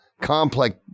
complex